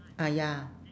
ah ya